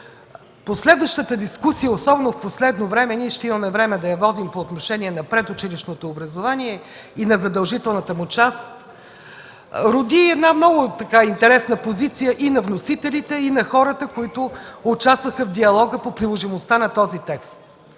последващата дискусия – особено в последно време ще имаме време да я водим по отношение на предучилищното образование и на задължителната му част – роди една много интересна позиция и на вносителите, и на хората, които участваха в диалога по приложимостта на този текст.